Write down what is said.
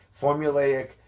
formulaic